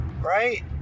right